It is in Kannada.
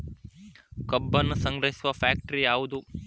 ಕಬ್ಬನ್ನು ಸಂಗ್ರಹಿಸುವ ಫ್ಯಾಕ್ಟರಿ ಯಾವದು?